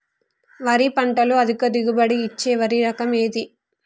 వరి పంట లో అధిక దిగుబడి ఇచ్చే వరి రకం ఏది?